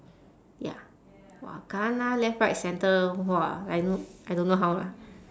ya !wah! kena left right center !wah! I don't I don't know how lah